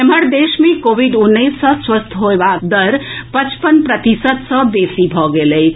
एम्हर देश मे कोविड उन्नैस सँ स्वस्थ होएबाक दर पचपन प्रतिशत सँ बेसी भऽ गेल अछि